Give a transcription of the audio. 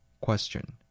Question